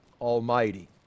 Almighty